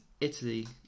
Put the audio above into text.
italy